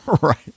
Right